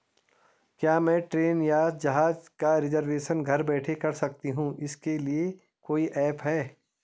क्या मैं ट्रेन या जहाज़ का रिजर्वेशन घर बैठे कर सकती हूँ इसके लिए कोई ऐप है?